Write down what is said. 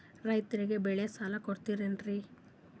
ರೈತರಿಗೆ ಬೆಳೆ ಸಾಲ ಕೊಡ್ತಿರೇನ್ರಿ?